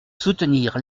soutenir